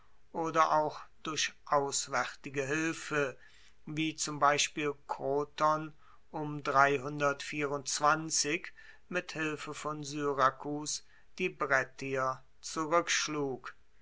oder auch durch auswaertige hilfe wie zum beispiel kroton um mit hilfe von syrakus die brettier